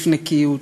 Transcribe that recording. בחפיפניקיות,